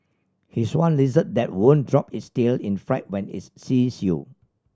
here's one lizard that won't drop its tail in fright when it sees you